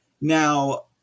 Now